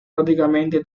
prácticamente